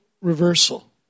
reversal